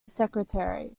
secretary